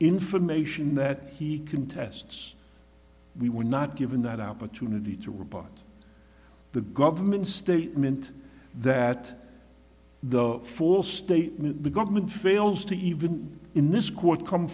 information that he contests we were not given that opportunity to report the government's statement that the false statement be government fails to even in this quarter come